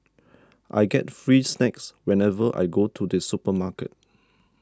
I get free snacks whenever I go to the supermarket